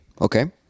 Okay